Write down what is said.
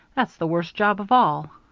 that's the worst job of all.